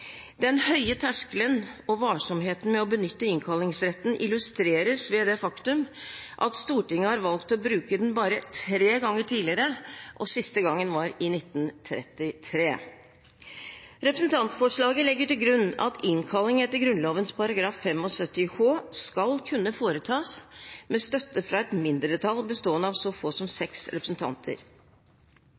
Den høye terskelen og varsomheten med å benytte innkallingsretten illustreres ved det faktum at Stortinget har valgt å bruke den bare tre ganger tidligere – siste gang var i 1933. Representantforslaget legger til grunn at innkalling etter Grunnloven § 75 h skal kunne foretas med støtte fra et mindretall bestående av så få som seks representanter.